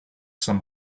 some